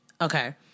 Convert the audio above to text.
Okay